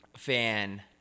fan